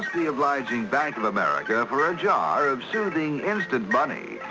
the obliging bank of america for a jar of soothing instant money.